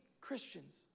Christians